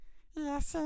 Yes